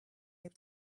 able